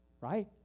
right